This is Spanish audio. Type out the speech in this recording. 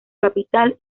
capital